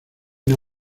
una